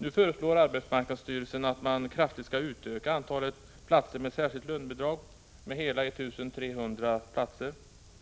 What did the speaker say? Arbetsmarknadsstyrelsen föreslår nu att antalet platser med särskilt lönebidrag kraftigt skall utökas, nämligen med hela 1300 platser.